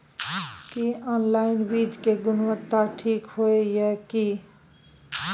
की online बीज के गुणवत्ता ठीक होय ये की?